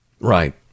right